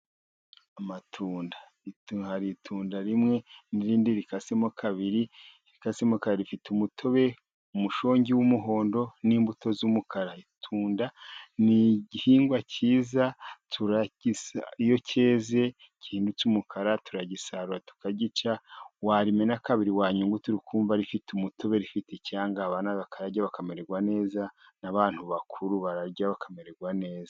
Amatunda hari itunda rimwe, n' irindi rikasemo kabiri. Irikasemo kabiri rifite umutobe (umushongi) w' umuhondo n' imbuto z' umukara. Itunda ni igihingwa cyiza iyo cyeze gihindutse umukara, turagisarura tukagica wamena kabiri, wanyungutira ukumva rifite umutobe, rifite icanga abana bakayarya bakamererwa neza, n' abantu bakuru barayarya bakamererwa neza.